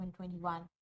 2021